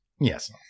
Yes